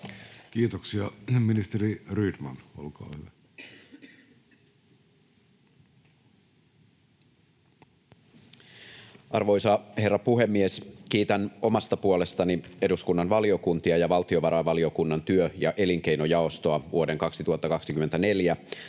hallinnonala Time: 11:32 Content: Arvoisa herra puhemies! Kiitän omasta puolestani eduskunnan valiokuntia ja valtiovarainvaliokunnan työ- ja elinkeinojaostoa vuoden 2024